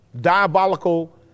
diabolical